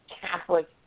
Catholic